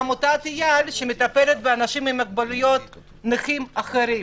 של עמותת אי"ל המטפלת באנשים עם מוגבלויות ובנכים אחרים.